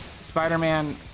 Spider-Man